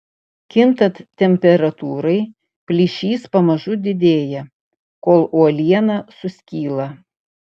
kintant temperatūrai plyšys pamažu didėja kol uoliena suskyla